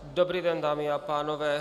Dobrý den, dámy a pánové.